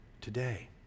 today